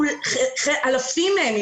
אלפים מהם,